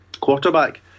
quarterback